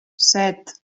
set